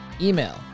Email